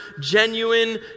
genuine